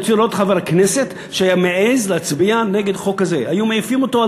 אני רוצה לראות חבר כנסת שהיה מעז להצביע נגד החוק הזה,